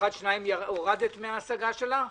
1 ו-2 הורדת מההשגה שלך.